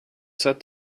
set